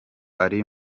ari